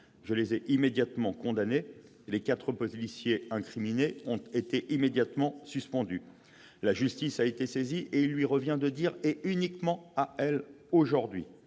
je les ai immédiatement condamnés ; les quatre policiers incriminés ont été immédiatement suspendus. La justice a été saisie, et il lui revient- et à elle seule